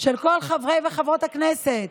של כל חברי וחברות הכנסת,